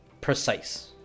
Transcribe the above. precise